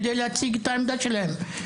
כדי להציג את העמדה שלהם.